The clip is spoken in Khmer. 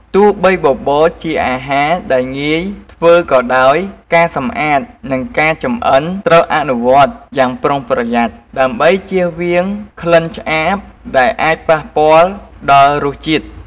ទោះបីបបរជាអាហារដែលងាយធ្វើក៏ដោយ ការសម្អាត និងចម្អិនត្រូវអនុវត្តយ៉ាងប្រុងប្រយ័ត្ន ដើម្បីជៀសវាងក្លិនឆ្អាបដែលអាចប៉ះពាល់ដល់រសជាតិ។